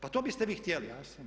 Pa to biste vi htjeli.